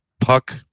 puck